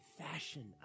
fashion